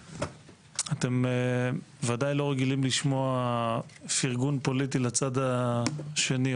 אתם ודאי לא רגילים לשמוע פירגון פוליטי לצד השני,